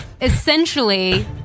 essentially